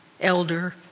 elder